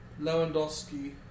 Lewandowski